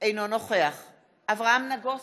אינו נוכח אברהם נגוסה,